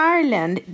Ireland